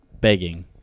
Begging